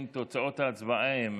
אם כן, תוצאות ההצבעה הן